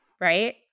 right